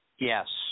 Yes